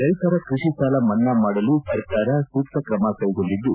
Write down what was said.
ರೈತರ ಕೃಷಿ ಸಾಲ ಮನ್ನಾ ಮಾಡಲು ಸರ್ಕಾರ ಸೂಕ್ತ ತ್ರಮ ಕೈಗೊಂಡಿದ್ದು